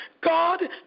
God